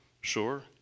sure